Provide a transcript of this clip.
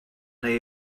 neu